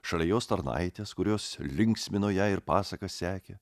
šalia jos tarnaitės kurios linksmino ją ir pasakas sekė